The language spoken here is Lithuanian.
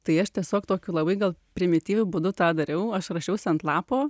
tai aš tiesiog tokiu labai gal primityviu būdu tą dariau aš rašiausi ant lapo